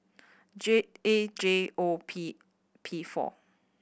J A J O P P four